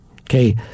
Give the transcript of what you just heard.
okay